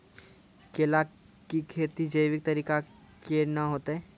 केला की खेती जैविक तरीका के ना होते?